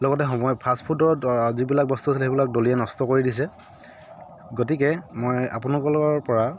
লগতে সময় ফাষ্ট ফুডৰ যিবিলাক বস্তু আছিল সেইবিলাক দলিয়াই নষ্ট কৰি দিছে গতিকে মই আপোনালোকৰপৰা